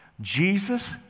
Jesus